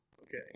okay